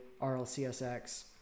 RLCSX